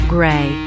Gray